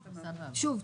שוב,